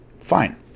fine